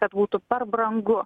kad būtų per brangu